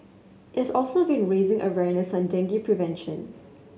it has also been raising awareness on dengue prevention